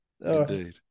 Indeed